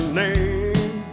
name